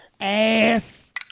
ass